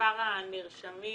במספר הנרשמים